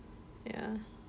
ya